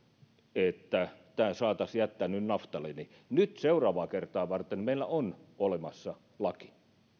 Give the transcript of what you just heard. että tämä voitaisiin jättää nyt naftaliiniin seuraavaa kertaa varten meillä on olemassa laki